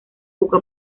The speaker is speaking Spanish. poco